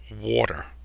water